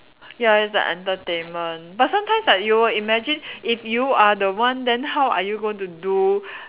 ya it's like entertainment but sometimes like you will imagine if you are the one then how are you going to do